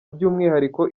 by’umwihariko